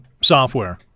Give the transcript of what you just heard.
software